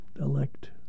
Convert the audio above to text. elect